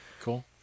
Cool